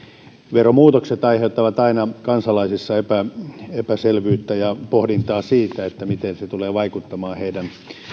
veromuutokset aiheuttavat aina kansalaisissa epätietoisuutta ja pohdintaa siitä miten ne tulevat vaikuttamaan heihin